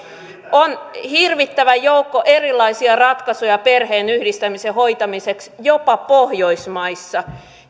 on hirvittävä joukko erilaisia ratkaisuja perheenyhdistämisen hoitamiseksi jopa pohjoismaissa